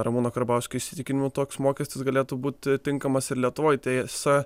ramūno karbauskio įsitikinimu toks mokestis galėtų būti tinkamas ir lietuvoj tiesa